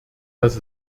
dass